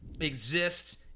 exists